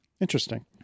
Interesting